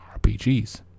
RPGs